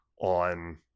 on